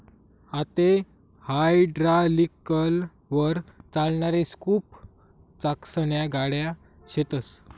आते हायड्रालिकलवर चालणारी स्कूप चाकसन्या गाड्या शेतस